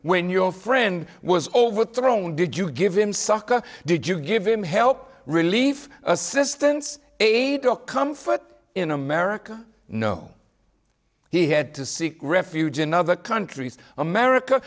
when your friend was overthrown did you give him sucka did you give him help relieve assistance aid or comfort in america no he had to seek refuge in other countries america